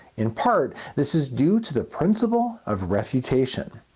in part this is due to the principle of refutation.